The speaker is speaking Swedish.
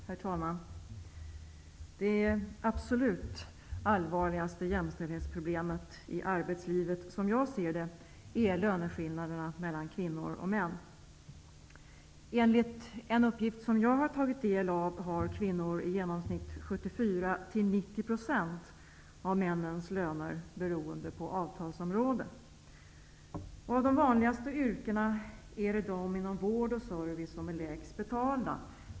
Herr talman! Det absolut allvarligaste jämställdhetsproblemet i arbetslivet är, som jag ser det, löneskillnaderna mellan kvinnor och män. Enligt en uppgift som jag har tagit del av har kvinnor i genomsnitt 74--90 % av männens löner, beroende på avtalsområde. Av de vanligaste yrkena är det de inom vård och service som är lägst betalda.